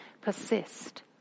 persist